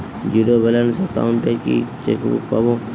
Zero balance account এ কি chequebook পাব?